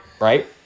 right